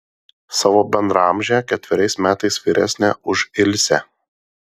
savo bendraamžę ketveriais metais vyresnę už ilsę